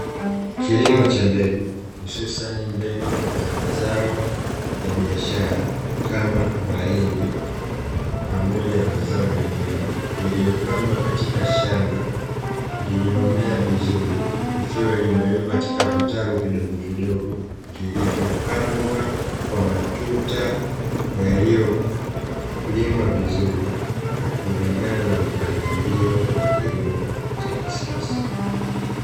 Kilimo cha mbegu hususani mbegu za mazao ya biashara kama mahindi pamoja na mazao mengine yaliyo pandwa vizuri yaliyowekwa katika vitaru vidogo vidogo vilivyopangwa kwenye matuta yaliyolimwa vizuri yaliyofata kilimo cha kisasa.